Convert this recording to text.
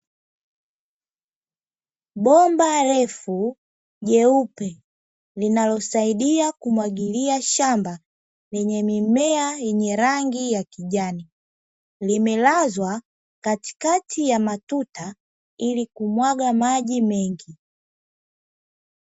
Bomba refu jeupe linalosaidia kumwagilia shamba, lenye mimea yenye rangi ya kijani, limelazwa katikati ya matuta ili kumwaga maji mengi.